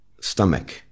stomach